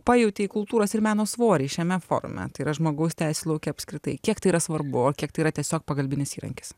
pajautei kultūros ir meno svorį šiame forume tai yra žmogaus teisių lauke apskritai kiek tai yra svarbu o kiek tai yra tiesiog pagalbinis įrankis